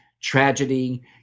tragedy